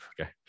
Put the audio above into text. Okay